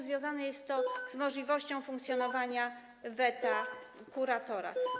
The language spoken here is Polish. Związane jest to z możliwością funkcjonowania weta kuratora.